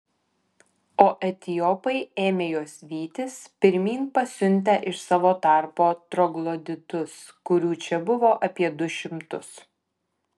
o etiopai ėmė juos vytis pirmyn pasiuntę iš savo tarpo trogloditus kurių čia buvo apie du šimtus